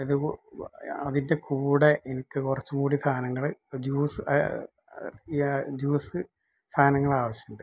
അത് അതിൻ്റെ കൂടെ എനിക്ക് കുറച്ചും കൂടി സാധങ്ങൾ ജ്യൂസ് ജ്യൂസ് സാധനങ്ങൾ അവിശ്യമുണ്ട്